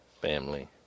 family